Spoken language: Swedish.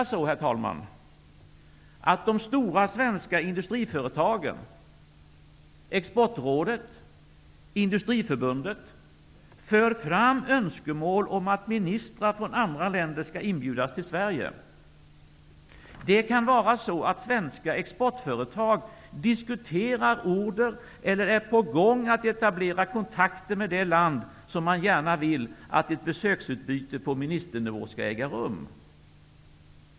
Det är ofta så, att de stora svenska industriföretagen, Exportrådet och Industriförbundet för fram önskemål om att ministrar från andra länder skall inbjudas till Sverige. Det kan vara svenska exportföretag som diskuterar order, eller är på gång att etablera kontakter med ett land, som gärna vill att ett besöksutbyte på ministernivå skall äga rum.